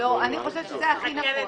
אני חושבת שזה הכי נכון.